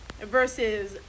versus